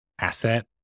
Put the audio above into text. asset